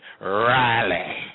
Riley